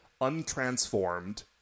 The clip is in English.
untransformed